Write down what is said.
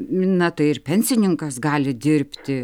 na tai ir pensininkas gali dirbti